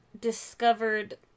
discovered